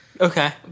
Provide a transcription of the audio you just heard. Okay